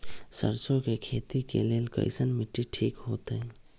सरसों के खेती के लेल कईसन मिट्टी ठीक हो ताई?